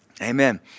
Amen